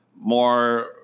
More